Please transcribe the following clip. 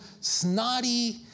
snotty